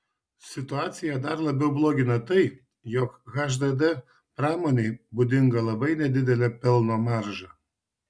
situaciją dar labiau blogina tai jog hdd pramonei būdinga labai nedidelė pelno marža